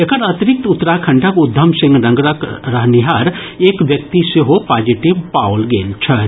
एकर अतिरिक्त उत्तराखंडक उधम सिंह नगरक रहनिहार एक व्यक्ति सेहो पॉजिटिव पाओल गेल छथि